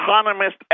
economist